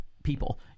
People